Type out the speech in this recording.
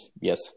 yes